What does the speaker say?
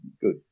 good